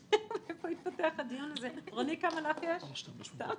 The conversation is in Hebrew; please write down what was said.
כרטיסי הגיפט קארד, של הקו-אופ,